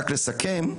לסיכום,